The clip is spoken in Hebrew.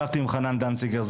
ישבתי עם חנן דנציגר,